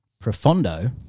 Profondo